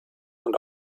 und